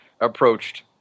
approached